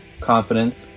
confidence